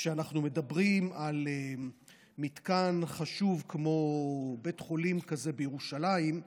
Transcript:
כשאנחנו מדברים על מתקן חשוב כמו בית חולים כזה בירושלים,